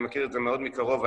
אני מכיר את זה מאוד מקרוב,